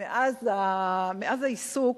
מאז החל העיסוק,